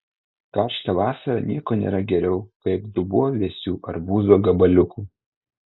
karštą vasarą nieko nėra geriau kaip dubuo vėsių arbūzo gabaliukų